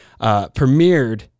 premiered